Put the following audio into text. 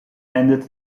ended